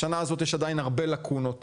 בשנה הזאת יש עדיין הרבה לקונות.